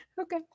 Okay